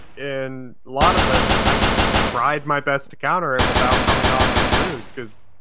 and lot of them, i tried my best to counter it without coming off as rude cause